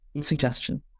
suggestions